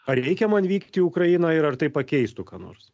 ar reikia man vykti į ukrainą ir ar tai pakeistų ką nors